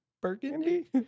Burgundy